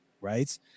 Right